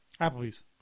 Applebee's